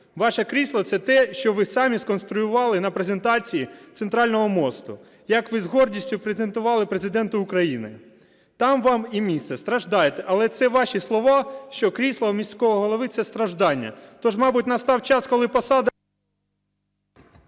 Ваше крісло – це те, що ви самі сконструювали на презентації Центрального мосту, як ви з гордістю презентували Президенту України. Там вам і місце. Страждайте. Але це ваші слова, що крісло міського голови – це страждання. Тож, мабуть, настав час, коли посада…